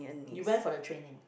you went for the training